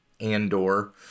Andor